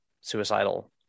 suicidal